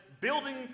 building